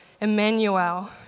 Emmanuel